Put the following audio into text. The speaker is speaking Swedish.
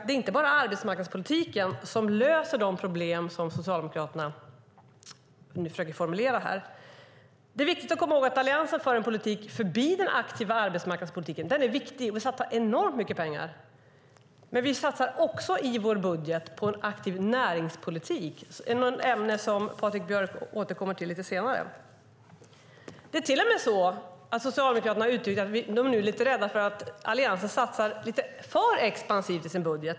Det är inte bara arbetsmarknadspolitiken som löser de problem som Socialdemokraterna försöker formulera. Alliansen för en politik förbi den aktiva arbetsmarknadspolitiken. Den är viktig. Där satsar vi enormt mycket pengar. Men vi satsar också i vår budget på en aktiv näringspolitik. Det är ett ämne som Patrik Björck återkommer till senare. Socialdemokraterna har till och med uttryckt att man är rädd för att Alliansen satsar lite för expansivt i sin budget.